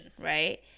right